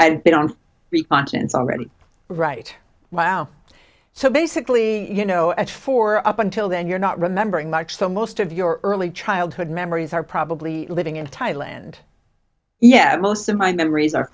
continents already right wow so basically you know at four up until then you're not remembering much so most of your early childhood memories are probably living in thailand yeah most of my memories are